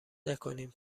نکنین